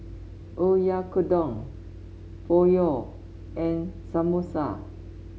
Oyakodon Pho and Samosa